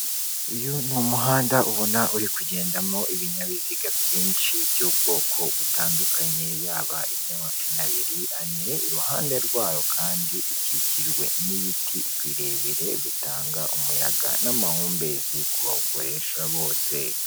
Turimo turabona ibikorwaremezo nk'umuhanda, ibiyaga, ibiti n'ubwo uwareba neza atitegereje yabona wagirango ngo byakundukiye mu mazi, ariko byatewe n'ifoto bafashe bigaragaza bisa nk'aho ibi biti n'amapironi byaguye mu nyanja cyangwa mu mazi. Ariko bari bagambiriye kutwereka ibikorwa remezo nk'imihanda, n'ibiti n'ibindi.